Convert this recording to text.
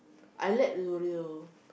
I like L'oreal